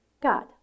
God